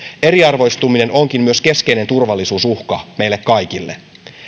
eriarvoistuminen onkin myös keskeinen turvallisuusuhka meille kaikille